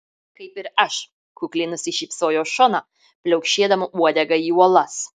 kaip ir aš kukliai nusišypsojo šona pliaukšėdama uodega į uolas